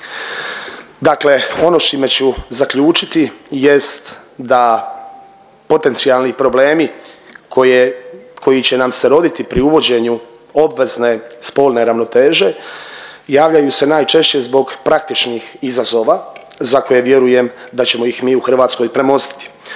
Dakle, ono s čime ću zaključiti jest da potencijalni problemi koji će nam se roditi pri uvođenju obvezne spolne ravnoteže javljaju se najčešće zbog praktičnih izazova za koje vjerujem da ćemo ih mi u Hrvatskoj premostiti.